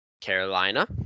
Carolina